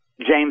James